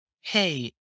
hey